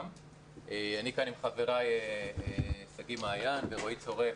אני כאן עם חבריי שגיא מעין ורועי צורף,